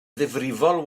ddifrifol